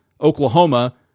Oklahoma